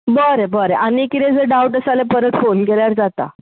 बरें बरें आनी कितें जर डावट आसा जाल्यार परत फोन केल्यार जाता